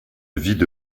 vide